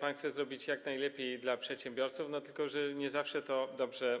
Pan chce jak najlepiej dla przedsiębiorców, tylko że nie zawsze dobrze